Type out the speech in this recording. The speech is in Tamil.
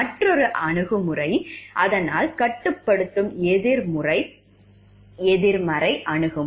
மற்றொரு அணுகுமுறை அதனால் கட்டுப்படுத்தும் எதிர்மறை அணுகுமுறை